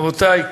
רבותי,